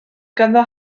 ganddo